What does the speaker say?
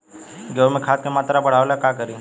गेहूं में खाद के मात्रा बढ़ावेला का करी?